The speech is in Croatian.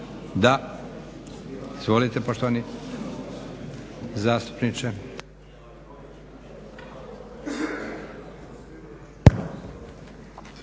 Da. Izvolite poštovani zastupniče.